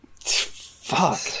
Fuck